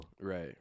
Right